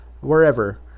wherever